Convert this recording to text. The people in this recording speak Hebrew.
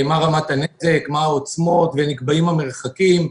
מה רמת הנזק, מה העוצמות ונקבעים המרחקים.